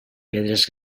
pedres